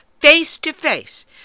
face-to-face